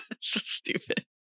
stupid